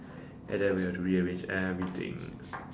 and then we had to rearrange everything